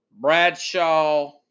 Bradshaw